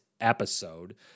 episode